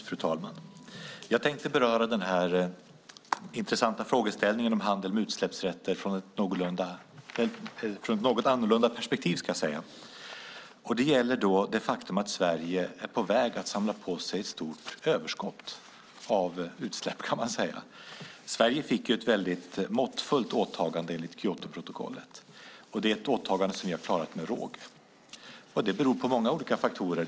Fru talman! Jag tänkte beröra den intressanta frågeställningen om handel med utsläppsrätter från ett något annorlunda perspektiv. Det gäller det faktum att Sverige är på väg att samla på sig ett stort överskott av utsläpp. Sverige fick ju ett måttfullt åtagande enligt Kyotoprotokollet, och det är ett åtagande som vi har klarat med råge. Det beror på många olika faktorer.